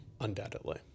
Undoubtedly